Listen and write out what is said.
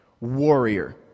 warrior